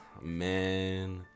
man